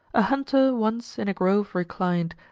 a hunter once in a grove reclined,